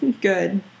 Good